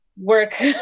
work